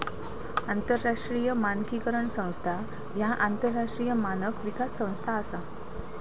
आंतरराष्ट्रीय मानकीकरण संस्था ह्या आंतरराष्ट्रीय मानक विकास संस्था असा